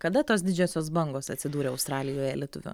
kada tos didžiosios bangos atsidūrė australijoje lietuvių